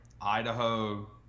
Idaho